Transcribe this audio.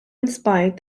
inspired